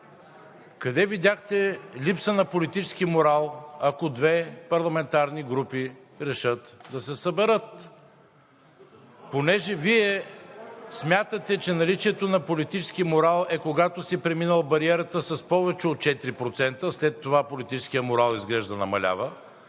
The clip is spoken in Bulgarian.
Къде видяхте липса на политически морал, ако две парламентарни групи решат да се съберат? Понеже Вие смятате, че наличието на политически морал е, когато си преминал бариерата с повече от 4%, след това политическият морал изглежда намалява?!